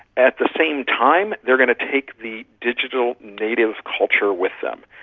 at the same time they are going to take the digital native culture with them,